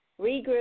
regroup